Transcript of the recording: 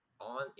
on